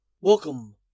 Welcome